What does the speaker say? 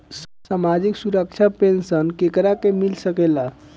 सामाजिक सुरक्षा पेंसन केकरा के मिल सकेला?